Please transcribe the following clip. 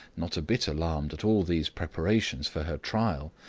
not a bit alarmed at all these preparations for her trial,